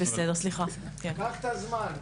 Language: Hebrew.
קח את הזמן.